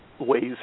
ways